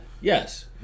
Yes